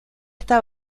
está